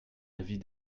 avis